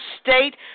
state